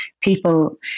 people